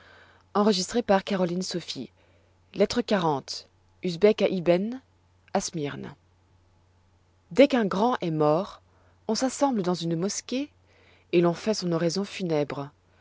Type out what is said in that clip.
lettre xl usbek à ibben à smyrne d ès qu'un grand est mort on s'assemble dans une mosquée et l'on fait son oraison funèbre